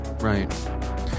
right